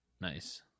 Nice